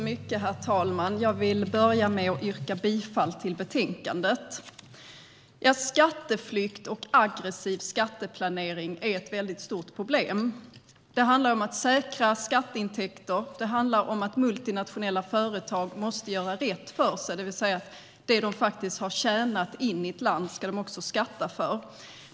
Herr talman! Jag vill börja med att yrka bifall till utskottets förslag. Skatteflykt och aggressiv skatteplanering är ett väldigt stort problem. Det handlar om att säkra skatteintäkter. Det handlar om att multinationella företag måste göra rätt för sig, det vill säga att det som de faktiskt har tjänat in i ett land ska de också skatta för.